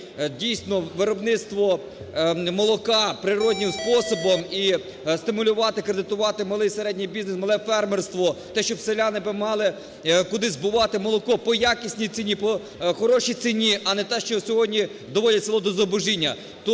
дійсно виробництво молока природнім способом і стимулювати, кредитувати малий і середній бізнес, мале фермерство, те, щоб селяни мали би куди збувати молоко по якісній ціні, по хорошій ціні, а не те, що сьогодні доводять село до зубожіння.